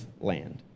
land